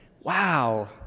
Wow